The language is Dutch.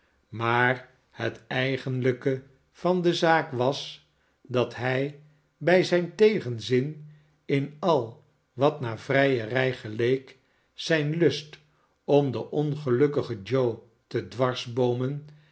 maar het eigenlijke van de zaak was dat hij bij zijn tegenzin in al wat naar vrijerij geleek zijn lust om den ongelukkigen joe te dwarsboomen en